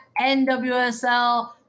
NWSL